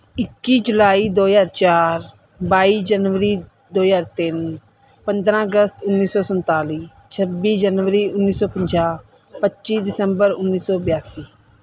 ਇੱਕੀ ਜੁਲਾਈ ਦੋ ਹਜ਼ਾਰ ਚਾਰ ਬਾਈ ਜਨਵਰੀ ਦੋ ਹਜ਼ਾਰ ਤਿੰਨ ਪੰਦਰਾਂ ਅਗਸਤ ਉੱਨੀ ਸੌ ਸੰਤਾਲੀ ਛੱਬੀ ਜਨਵਰੀ ਉੱਨੀ ਸੌ ਪੰਜਾਹ ਪੱਚੀ ਦਸੰਬਰ ਉੱਨੀ ਸੌ ਬਿਆਸੀ